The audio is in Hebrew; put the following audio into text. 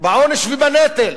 בעונש ובנטל.